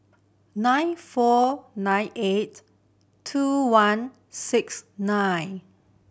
nine four nine eight two one six nine